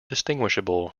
distinguishable